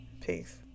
Peace